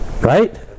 right